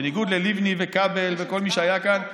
בניגוד ללבני וכבל וכל מי שהיה כאן,